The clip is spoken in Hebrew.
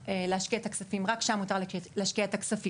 רק שם מותר להשקיע את הכספים.